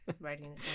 writing